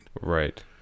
Right